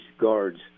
guards